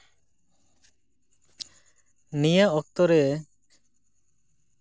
ᱱᱤᱭᱟᱹ ᱚᱠᱛᱚ ᱨᱮ